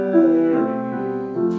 Mary